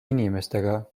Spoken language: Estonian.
inimestega